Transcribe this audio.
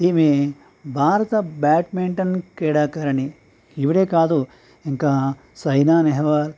ఈమె భారత బ్యాడ్మింటన్ క్రీడాకారిణి ఈవిడే కాదు ఇంకా సైనా నెహ్వాల్